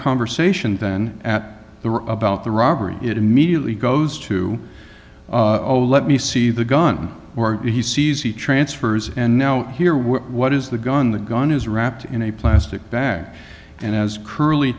conversation then at the about the robbery it immediately goes to zero let me see the gun or he sees he transfers and now here we're what is the gun the gun is wrapped in a plastic bag and as curly